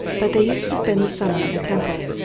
but they used to spend the summer in a temple.